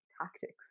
tactics